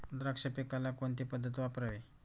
द्राक्ष पिकाला कोणती पद्धत वापरावी?